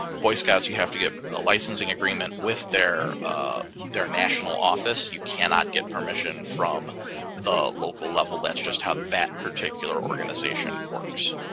boy scouts, you have to get a licensing agreement with their their national office. you cannot get permission from the local level. that's just how that particular organization works.